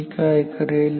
मी काय करेल